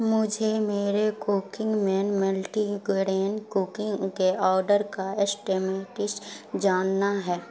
مجھے میرے کوکنگ میں ملٹی گرین کوکنگ کے آرڈر کا اسٹیمٹس جاننا ہے